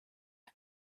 who